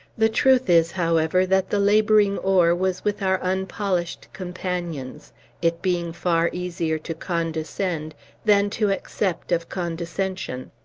the truth is, however, that the laboring oar was with our unpolished companions it being far easier to condescend than to accept of condescension.